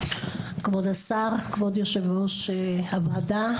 כבוד השר, כבוד היושב ראש הוועדה,